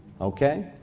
Okay